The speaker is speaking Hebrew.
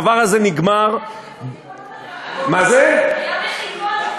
היה מחיקון,